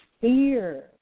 fear